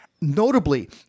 Notably